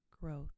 growth